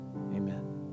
Amen